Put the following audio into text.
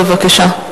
בבקשה.